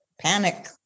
panic